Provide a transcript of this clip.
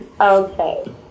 Okay